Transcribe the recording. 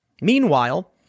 Meanwhile